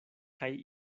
kaj